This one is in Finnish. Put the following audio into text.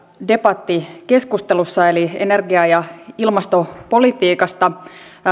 debattikeskustelussa eli energia ja ilmastopolitiikasta